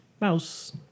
Mouse